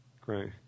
Great